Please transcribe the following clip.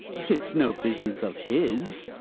it's no business of his.